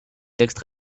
textes